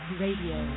radio